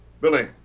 Billy